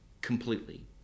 completely